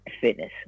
fitness